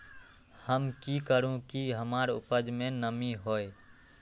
हम की करू की हमार उपज में नमी होए?